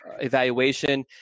evaluation